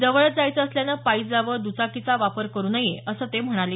जवळच जायचं असल्यानं पायीच जावं दुचाकीचा वापर करु नये असं ते म्हणाले